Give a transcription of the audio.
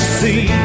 see